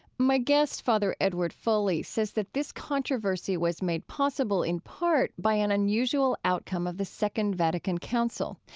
my guest, father edward foley, says that this controversy was made possible in part by an unusual outcome of the second vatican council.